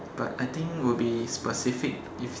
but I think will be specific if